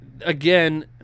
Again